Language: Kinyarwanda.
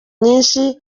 nyinshi